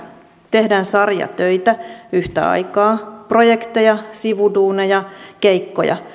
tehdään sarjatöitä yhtä aikaa projekteja sivuduuneja keikkoja